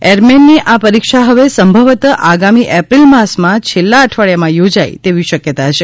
એરમેનની આ પરીક્ષા હવે સંભવતઃ આગામી એપ્રિલ માસમાં છેલ્લા અઠવાડીયામાં યોજાય તેવી શકયતા છે